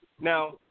Now